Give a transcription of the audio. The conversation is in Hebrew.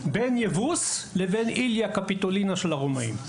בין יבוס לבין ׳איליה קפיטולינה׳ של הרומאים.